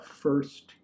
first